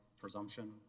presumption